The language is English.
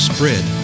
Spread